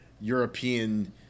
European